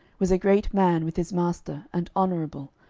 was a great man with his master, and honourable,